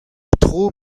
tro